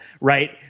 right